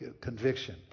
conviction